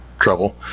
trouble